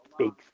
big